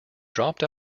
dropped